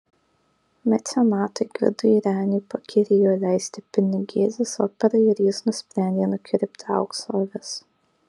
mecenatui gvidui reniui pakyrėjo leisti pinigėlius operai ir jis nusprendė nukirpti aukso avis